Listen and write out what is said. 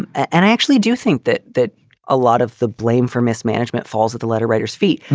and and i actually do think that that a lot of the blame for mismanagement falls at the letter writers feet.